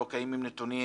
לא קיימים נתונים,